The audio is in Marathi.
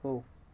हो